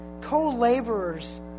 co-laborers